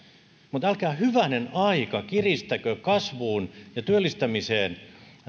mutta älkää hyvänen aika kiristäkö kasvuun ja työllistämiseen